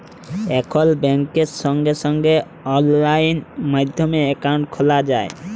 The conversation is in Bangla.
এখল ব্যাংকে সঙ্গে সঙ্গে অললাইন মাধ্যমে একাউন্ট খ্যলা যায়